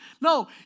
No